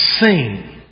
sing